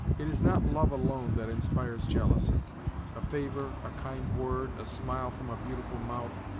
it is not love alone that inspires jealousy a favor, a kind word, a smile from a beautiful mouth,